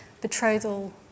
betrothal